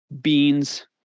beans